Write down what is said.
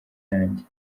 yanjye